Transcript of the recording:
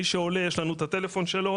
מי שעולה יש לנו את הטלפון שלו,